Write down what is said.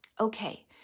okay